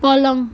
पलङ